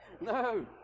No